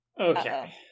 Okay